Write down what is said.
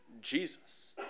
Jesus